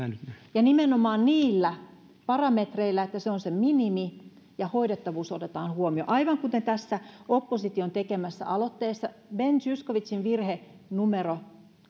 ja nimenomaan niillä parametreillä että se on se minimi ja hoidettavuus otetaan huomioon aivan kuten tässä opposition tekemässä aloitteessa ben zyskowiczin virhe numero